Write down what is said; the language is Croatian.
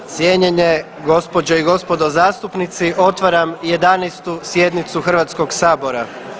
Cijenjene gospođe i gospodo zastupnici otvaram 11. sjednicu Hrvatskog sabora.